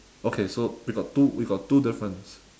okay so we got two we got two difference